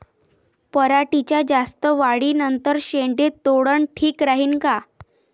पराटीच्या जास्त वाढी नंतर शेंडे तोडनं ठीक राहीन का?